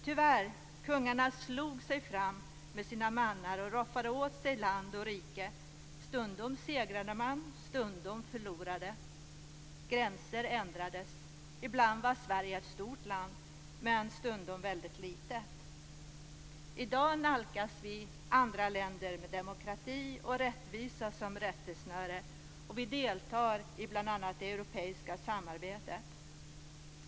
Tyvärr slog sig kungarna fram med sina mannar och roffade åt sig land och rike. Stundom segrade de, stundom förlorade de. Gränser ändrades. Ibland var Sverige ett stort land men stundom väldigt litet. I dag nalkas vi andra länder med demokrati och rättvisa som rättesnöre. Vi deltar i bl.a. det europeiska samarbetet.